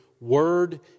word